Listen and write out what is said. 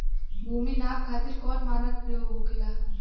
भूमि नाप खातिर कौन मानक उपयोग होखेला?